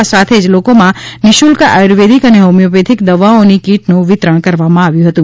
આ સાથે જ લોકોમાં નિશુલ્ક આયુર્વેદિક અને હોમિયોપેથીક દવાઓની કીટનું વિતરણ કરવામાં આવ્યું હતું